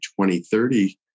2030